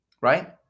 Right